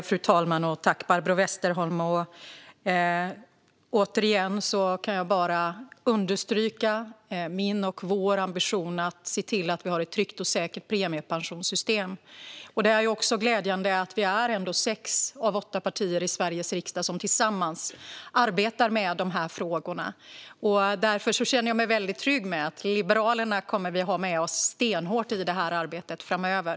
Fru talman! Jag tackar Barbro Westerholm. Återigen kan jag bara understryka min och vår ambition att se till att vi har ett tryggt och säkert premiepensionssystem. Det är också glädjande att vi är sex av åtta partier i Sveriges riksdag som tillsammans arbetar med de här frågorna. Jag känner mig väldigt trygg med att vi kommer att ha med oss Liberalerna stenhårt i det här arbetet framöver.